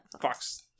Fox